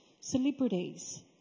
celebrities